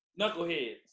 Knuckleheads